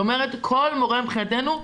זאת אומרת כל מורה מבחינתנו,